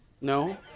No